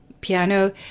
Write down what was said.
piano